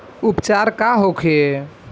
उपचार का होखे?